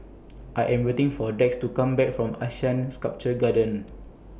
I Am waiting For Dax to Come Back from Asean Sculpture Garden